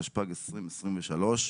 התשפ"ג-2023.